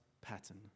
pattern